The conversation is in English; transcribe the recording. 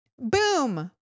Boom